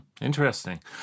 Interesting